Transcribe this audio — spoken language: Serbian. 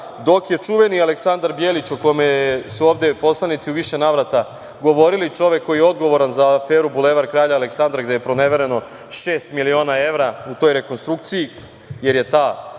dok je čuveni Aleksandar Bjelić o kome su ovde poslanici u više navrata govorili, čovek koji je odgovoran za aferu „Bulevar Kralja Aleksandra“ gde je pronevereno šest miliona evra u toj rekonstrukciji, jer je ta